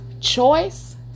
choice